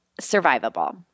survivable